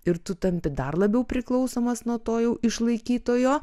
ir tu tampi dar labiau priklausomas nuo to jau išlaikytojo